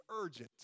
urgent